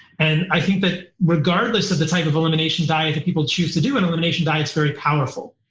and i think that regardless of the type of elimination diet that people choose to do, an elimination diet is very powerful.